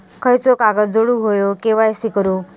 खयचो कागद जोडुक होयो के.वाय.सी करूक?